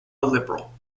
liberal